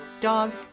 dog